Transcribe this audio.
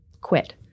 quit